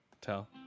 tell